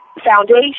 foundation